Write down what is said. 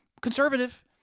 conservative